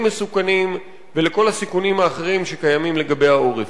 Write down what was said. מסוכנים ולכל הסיכונים האחרים שקיימים לגבי העורף.